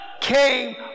Came